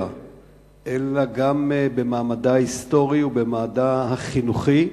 אלא גם במעמדה ההיסטורי ובמעמדה החינוכי,